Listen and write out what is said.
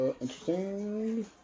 interesting